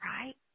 right